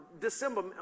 December